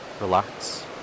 relax